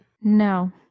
No